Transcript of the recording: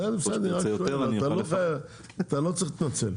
בסדר, בסדר, אני רק שואל, אתה לא צריך להתנצל.